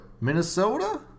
Minnesota